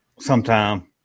sometime